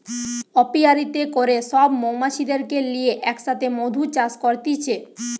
অপিয়ারীতে করে সব মৌমাছিদেরকে লিয়ে এক সাথে মধু চাষ করতিছে